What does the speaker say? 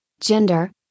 gender